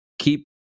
keep